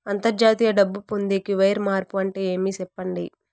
అంతర్జాతీయ డబ్బు పొందేకి, వైర్ మార్పు అంటే ఏమి? సెప్పండి?